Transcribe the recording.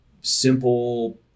simple